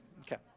Okay